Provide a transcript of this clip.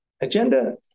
agenda